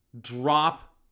drop